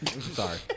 Sorry